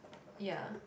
ya